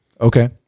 Okay